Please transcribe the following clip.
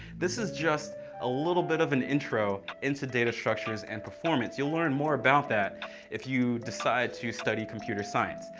this is just a little bit of an intro into data structures and performance. you'll learn more about that if you decide to study computer science.